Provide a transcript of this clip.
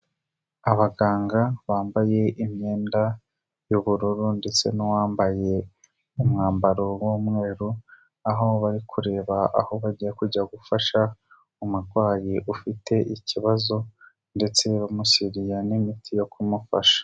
Abaganga bambaye imyenda y'ubururu ndetse n'uwambaye umwambaro w'umweru, aho bari kureba aho bagiye kujya gufasha umurwayi ufite ikibazo ndetse bamushyiriye n'imiti yo kumufasha.